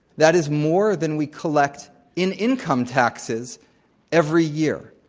that is more than we collect in income taxes every year.